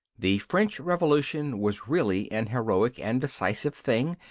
the french revolution was really an heroic and decisive thing,